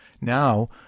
Now